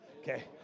Okay